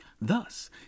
Thus